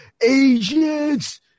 Asians